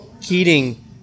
Keating